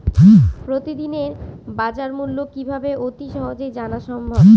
প্রতিদিনের বাজারমূল্য কিভাবে অতি সহজেই জানা সম্ভব?